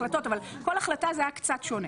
אבל כל החלטה הייתה קצת שונה